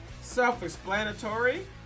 self-explanatory